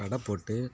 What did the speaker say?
கடைப் போட்டு